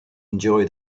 enjoy